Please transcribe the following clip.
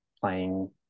playing